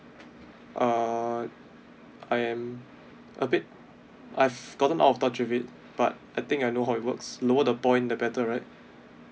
uh I'm a bit I've gotten all bunch of it but I think I know how it works lower the point the better right